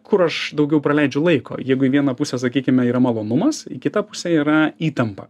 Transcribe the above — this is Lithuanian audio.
kur aš daugiau praleidžiu laiko jeigu į vieną pusę sakykime yra malonumas į kitą pusę yra įtampa